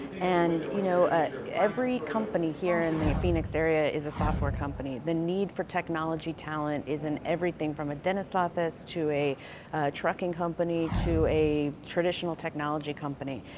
and you know every company here in the phoenix area is a software company. the need for technology talent is in everything, from a dentist's office to a trucking company to a traditional technology company.